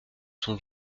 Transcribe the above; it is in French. son